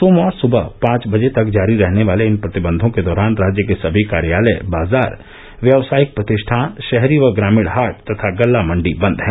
सोमवार सुबह पांच बजे तक जारी रहने वाले इन प्रतिबयों के दौरान राज्य में सभी कार्यालय बाजार व्यावसायिक प्रतिष्ठान शहरी व ग्रामीण हाट तथा गल्ला मंडी बंद हैं